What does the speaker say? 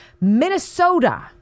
Minnesota